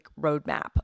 roadmap